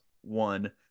one